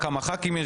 כמה חברי כנסת יש.